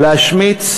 להשמיץ